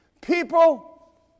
People